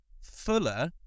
fuller